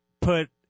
put